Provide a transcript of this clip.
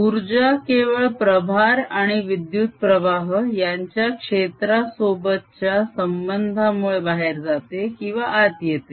उर्जा केवळ प्रभार आणि विद्युत प्रवाह यांच्या क्षेत्रासोबत च्या संबंधामुळे बाहेर जाते किंवा आत येते